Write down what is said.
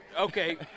okay